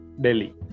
Delhi